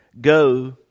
Go